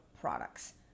products